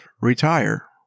retire